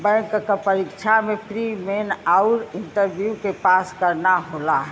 bank क परीक्षा में प्री, मेन आउर इंटरव्यू के पास करना होला